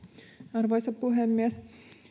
arvoisa puhemies